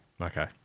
Okay